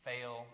fail